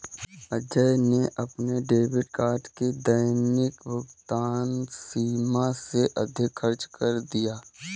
अजय ने अपने debit card की दैनिक भुगतान सीमा से अधिक खर्च कर दिया